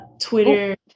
twitter